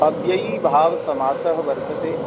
अव्ययीभावसमासः वर्तते